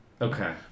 Okay